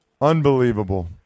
Unbelievable